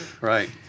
Right